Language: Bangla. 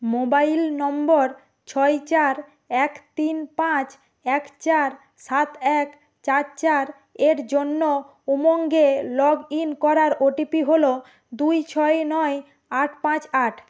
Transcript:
মোবাইল নম্বর ছয় চার এক তিন পাঁচ এক চার সাত এক চার চার এর জন্য উমঙ্গে লগ ইন করার ও টি পি হল দুই ছয় নয় আট পাঁচ আট